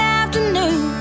afternoon